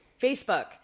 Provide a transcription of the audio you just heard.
Facebook